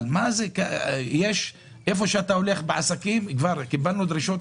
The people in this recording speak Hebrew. אבל לאן שאתה הולך עסקים אומרים: כבר קיבלנו דרישות,